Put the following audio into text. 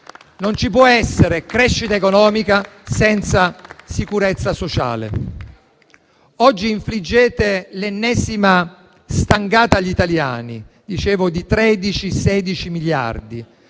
Non ci può essere crescita economica senza sicurezza sociale. Oggi infliggete l'ennesima stangata agli italiani, di 13 e 16 miliardi,